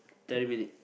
thirty minute